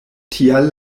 tial